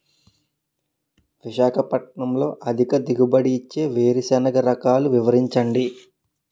విశాఖపట్నంలో అధిక దిగుబడి ఇచ్చే వేరుసెనగ రకాలు వివరించండి?